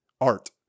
art